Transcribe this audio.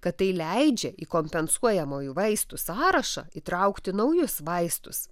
kad tai leidžia į kompensuojamųjų vaistų sąrašą įtraukti naujus vaistus